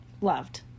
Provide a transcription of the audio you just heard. loved